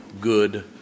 good